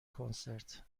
کنسرت